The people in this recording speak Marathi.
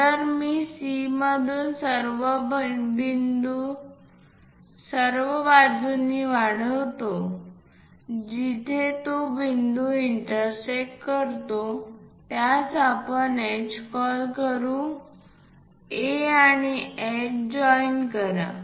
जर मी C मधून सर्व बिंदू सर्व बाजूंनी वाढवितो जिथे तो बिंदू इंटरसेक्ट करतो त्यास आपण H कॉल करू A आणि H जॉईन करा